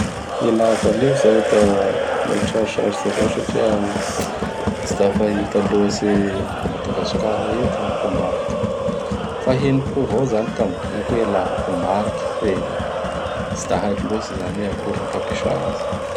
Ilava anio izao da mety sarosarotsy avao satria tsy da fahta loatsy a Madagasikara eto ny kombariky. Fa henoko avao izany tamin'ny boky hoe Lavakombariky fe tsy da haiko loatsy izany ho oe akory ñy fampiasa azy.